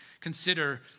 consider